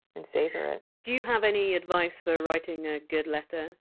and savour it do you have any advice for writing ah good letter?